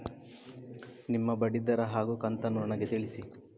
ನಿಮ್ಮ ಬಡ್ಡಿದರ ಹಾಗೂ ಕಂತನ್ನು ನನಗೆ ತಿಳಿಸಿ?